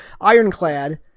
ironclad